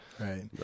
Right